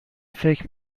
فکر